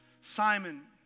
Simon